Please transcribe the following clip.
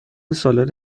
سالاد